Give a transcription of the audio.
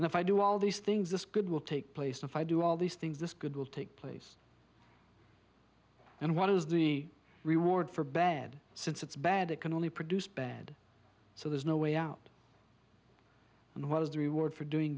and if i do all these things this good will take place if i do all these things this good will take place and what is the reward for bad since it's bad it can only produce bad so there's no way out and what is the reward for doing